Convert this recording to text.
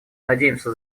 надеемся